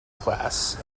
class